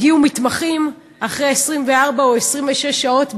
הגיעו מתמחים אחרי 24 או 26 שעות בבית-החולים.